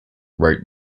rote